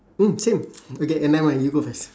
mm same okay never mind you go first